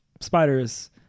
spiders